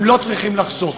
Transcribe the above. הם לא צריכים לחסוך.